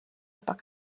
pak